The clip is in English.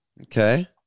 Okay